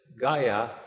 gaia